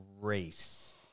race